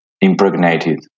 impregnated